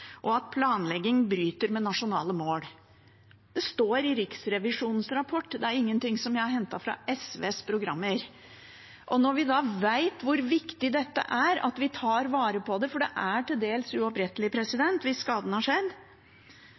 og at planleggingen bryter med nasjonale mål.» Det står i Riksrevisjonens rapport; det er ikke noe jeg har hentet fra SVs program. Når vi vet hvor viktig det er at vi tar vare på det – for det er til dels uopprettelig hvis skaden har skjedd